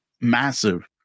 massive